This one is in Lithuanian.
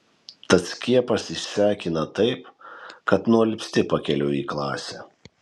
tas skiepas išsekina taip kad nualpsti pakeliui į klasę